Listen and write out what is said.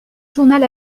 journal